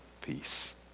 peace